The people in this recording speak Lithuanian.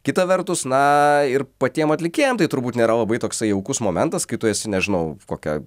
kita vertus na ir patiem atlikėjam tai turbūt nėra labai toksai jaukus momentas kai tu esi nežinau kokią